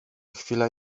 chwilę